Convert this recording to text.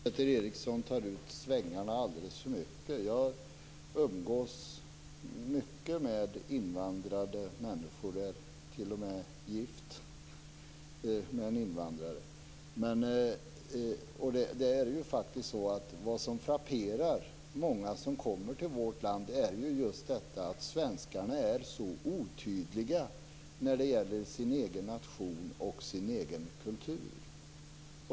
Fru talman! Jag tror att Peter Eriksson tar ut svängarna alldeles för mycket. Jag umgås flitigt med invandrade människor. Jag är t.o.m. gift med en invandrare. Det som frapperar många som kommer till vårt land är just att svenskarna är så otydliga när det gäller deras egen nation och kultur.